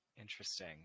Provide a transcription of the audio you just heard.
Interesting